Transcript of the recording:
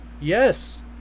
Yes